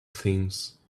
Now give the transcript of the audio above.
things